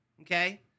okay